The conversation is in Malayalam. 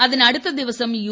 അതിനടുത്ത ദിവസം യു